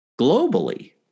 globally